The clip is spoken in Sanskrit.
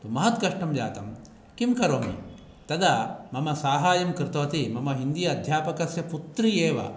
महत् कष्ठं जातं किं करोमि तदा मम साहायं कृतवती मम हिन्दी अध्यापकस्य पुत्री एव